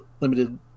limited